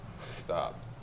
Stop